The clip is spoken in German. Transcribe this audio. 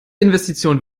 investition